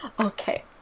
Okay